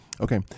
Okay